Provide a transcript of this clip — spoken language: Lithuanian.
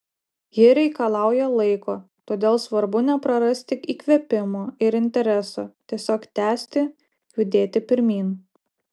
ji reikalauja laiko todėl svarbu neprarasti įkvėpimo ir intereso tiesiog tęsti judėti pirmyn